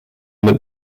mit